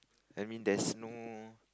that means there's no